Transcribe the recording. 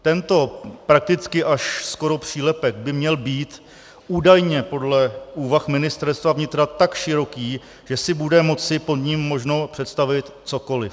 Tento prakticky až skoro přílepek by měl být údajně podle úvah Ministerstva vnitra tak široký, že si bude moci pod ním možno představit cokoliv.